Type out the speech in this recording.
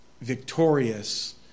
victorious